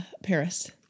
Paris